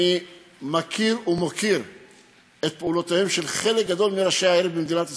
ואני מכיר ומוקיר את פעולותיהם של חלק גדול מראשי העיר במדינת ישראל.